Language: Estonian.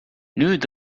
nüüd